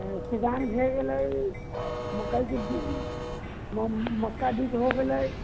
सुजान भए गेलै मक्कैके बीज मक्का बीज हो गेलै